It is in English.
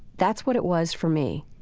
that's what it was for me.